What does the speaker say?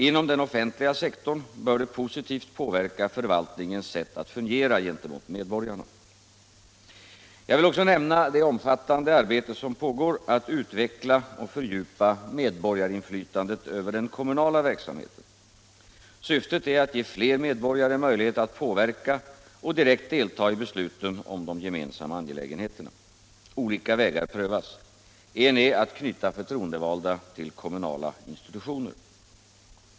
Inom den offentliga sektorn bör det positivt påverka förvaltningens sätt att fungera gentemot medborgarna. Jag vill också nämna det omfattande arbete som pågår att utveckla och fördjupa medborgarinflytandet över den kommunala verksamheten. Syftet är att ge fler medborgare möjlighet att påverka och direkt delta i besluten om de gemensamma angelägenheterna. Olika vägar prövas. En är att knyta förtroendevalda till kommunala institutioner.